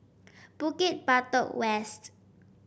Bukit Batok West